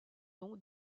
nom